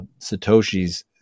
Satoshis